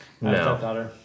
No